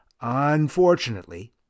Unfortunately